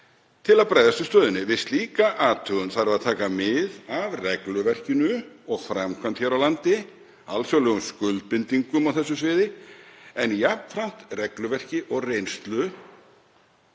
til að bregðast við stöðunni. Við slíka athugun þarf að taka mið af regluverkinu og framkvæmd hér á landi, alþjóðlegum skuldbindingum á þessu sviði en jafnframt regluverki og reynslu